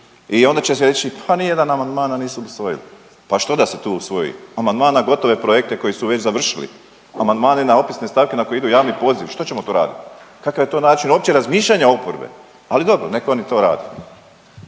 I onda će se reći, pa ni jedan amandman nam nisu usvojili. Pa što da se tu usvoji? Amandman na gotove projekte koji su već završili? Amandmani na opisne stavke na koje idu javni pozivi? Što ćemo tu raditi? Kakav je to uopće način uopće razmišljanja oporbe? Ali dobro neka oni to rade.